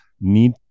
need